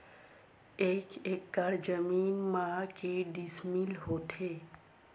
एक एकड़ जमीन मा के डिसमिल होथे?